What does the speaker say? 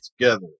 together